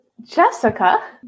Jessica